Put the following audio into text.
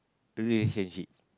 relationship